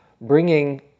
bringing